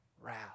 wrath